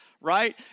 right